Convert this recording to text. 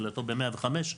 תחילתו ב-105,